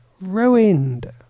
Ruined